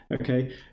okay